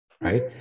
right